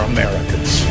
Americans